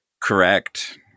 Correct